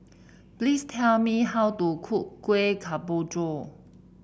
please tell me how to cook Kueh Kemboja